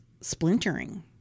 splintering